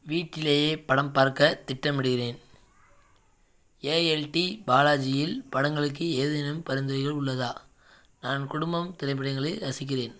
வீட்டிலேயே படம் பார்க்கத் திட்டமிடுகிறேன் ஏ எல் டி பாலாஜியில் படங்களுக்கு ஏதேனும் பரிந்துரைகள் உள்ளதா நான் குடும்பம் திரைப்படங்களை ரசிக்கிறேன்